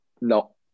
No